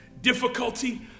difficulty